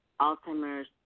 Alzheimer's